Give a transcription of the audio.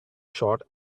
short